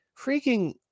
freaking